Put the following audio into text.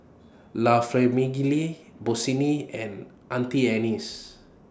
La Famiglia Bossini and Auntie Anne's